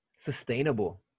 sustainable